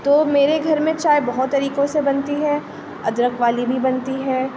تو میرے گھر میں چائے بہت طریقوں سے بنتی ہے ادرک والی بھی بنتی ہے